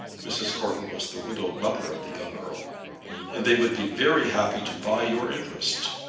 mrs. courton was the widowed mother of the young earl and they would be very happy to buy your interest.